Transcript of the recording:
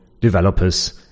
developers